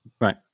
right